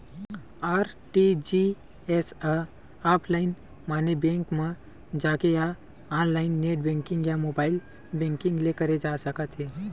RTGS ह offline माने bank म जाके या ऑनलाईन नेट बेंकिंग या मोबाईल बेंकिंग ले करे जा सकत हे